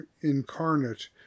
incarnate